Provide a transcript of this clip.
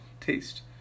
taste